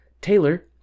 Taylor